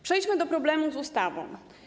Przejdźmy do problemu z ustawą.